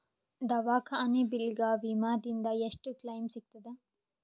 ದವಾಖಾನಿ ಬಿಲ್ ಗ ವಿಮಾ ದಿಂದ ಎಷ್ಟು ಕ್ಲೈಮ್ ಸಿಗತದ?